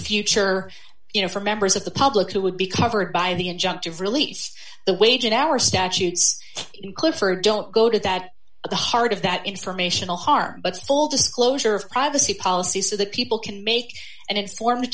future you know for members of the public who would be covered by the injunctive relief the wage and hour statutes include for it don't go to that the heart of that informational harm but full disclosure of privacy policy so that people can make an informed